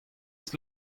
eus